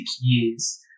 years